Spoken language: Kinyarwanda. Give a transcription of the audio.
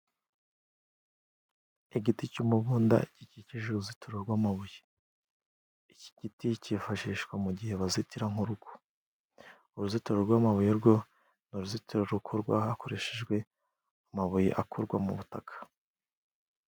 Igiti cy'umubunda gikikije, uruzitiro rw'amabuye iki giti cyifashishwa mu gihe bazitira nk'urugo uruzitiro rw'amabuye rwo ni uruzitiro rukorwa hakoreshejwe amabuye akurwa mu butaka.